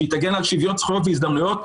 שהיא תגן על שוויון זכויות והזדמנויות,